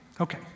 okay